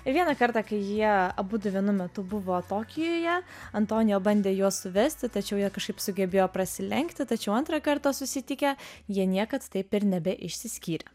vieną kartą kai jie abudu vienu metu buvo tokijuje antonio bandė juos suvesti tačiau jie kažkaip sugebėjo prasilenkti tačiau antrą kartą susitikę jie niekad taip ir nebeišsiskyrė